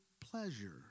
pleasure